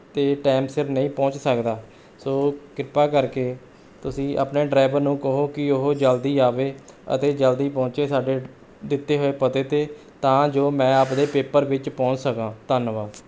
'ਤੇ ਟਾਈਮ ਸਿਰ ਨਹੀਂ ਪਹੁੰਚ ਸਕਦਾ ਸੋ ਕਿਰਪਾ ਕਰਕੇ ਤੁਸੀਂ ਆਪਣੇ ਡਰਾਈਵਰ ਨੂੰ ਕਹੋ ਕਿ ਉਹ ਜਲਦੀ ਆਵੇ ਅਤੇ ਜਲਦੀ ਪਹੁੰਚੇ ਸਾਡੇ ਦਿੱਤੇ ਹੋਏ ਪਤੇ 'ਤੇ ਤਾਂ ਜੋ ਮੈਂ ਆਪਦੇ ਪੇਪਰ ਵਿੱਚ ਪਹੁੰਚ ਸਕਾਂ ਧੰਨਵਾਦ